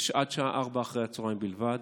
זה עד שעה 16:00 בלבד.